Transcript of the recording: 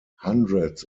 hundreds